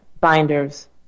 binders